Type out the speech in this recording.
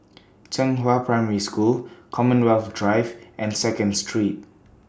Zhenghua Primary School Commonwealth Drive and Second Street